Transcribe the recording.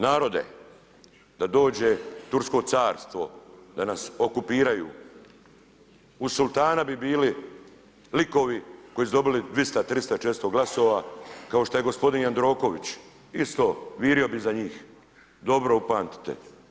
Narode, da dođe Tursko carstvo, da nas okupiraju, uz sultana bi bili likovi koji su dobili 200, 300, 400 glasova, kao što je gospodin Jandroković isto, virio bi iza njih, dobro upamtite.